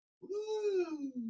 Woo